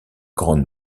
grande